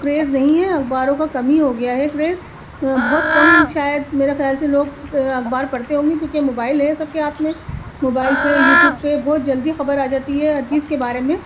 craze نہیں ہے اخباروں کا کم ہی ہو گیا ہے کریز بہت کم شاید میرا خیال سے لوگ اخبار پڑھتے ہوں گے کیوںکہ موبائل ہے سب کے ہاتھ میں موبائل پہ یوٹیوب پہ بہت جلدی خبر آ جاتی ہے ہر چیز کے بارے میں